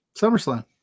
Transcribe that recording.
SummerSlam